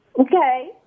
Okay